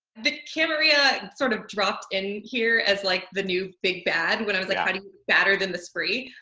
the camarilla sort of dropped in here as like the new big bad. when i was like, how do you get badder than the spree?